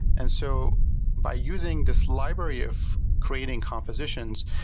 and so by using this library of creating compositions,